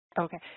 Okay